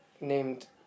named